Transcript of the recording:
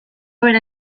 bera